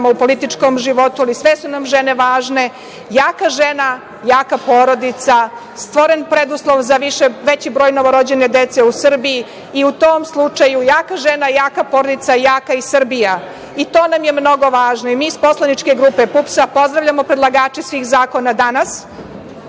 u političkom životu, ali sve su nam žene važne. Jaka žena, jaka porodica, stvoren preduslov za veći broj novorođene dece u Srbiji i u tom slučaju jaka žena, jaka porodica, jaka Srbija. I to nam je mnogo važno. Mi iz poslaničke grupe PUPS pozdravljamo predlagače svih zakona danas